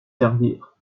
servir